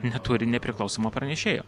neturi nepriklausomo pranešėjo